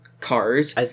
cars